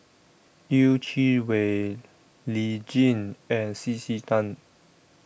Yeh Chi Wei Lee Tjin and C C Tan